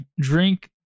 drink